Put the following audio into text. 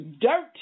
Dirt